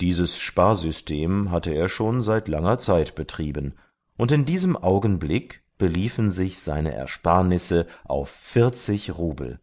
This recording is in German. dieses sparsystem hatte er schon seit langer zeit betrieben und in diesem augenblick beliefen sich seine ersparnisse auf vierzig rubel